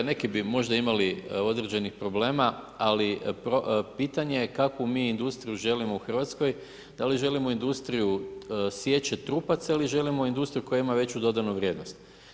Neki bi možda imali određenih problema ali pitanje je kako mi industriju želimo u Hrvatskoj, da li želimo industriju siječe trupaca ili želimo industriju koja ima veću dodanu vrijednost.